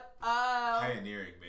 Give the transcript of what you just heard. Pioneering